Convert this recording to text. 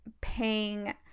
paying